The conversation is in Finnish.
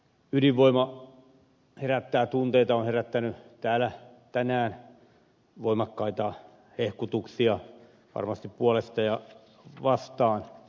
ydinvoima herättää tunteita on herättänyt täällä tänään voimakkaita hehkutuksia varmasti puolesta ja vastaan